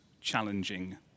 challenging